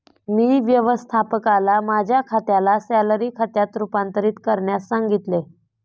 मी व्यवस्थापकाला माझ्या खात्याला सॅलरी खात्यात रूपांतरित करण्यास सांगितले